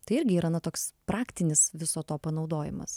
tai irgi yra na toks praktinis viso to panaudojimas